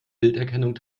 bilderkennung